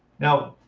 now,